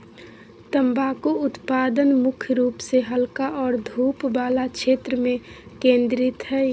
तम्बाकू उत्पादन मुख्य रूप से हल्का और धूप वला क्षेत्र में केंद्रित हइ